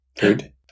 Good